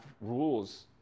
rules